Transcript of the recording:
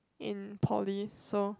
in poly so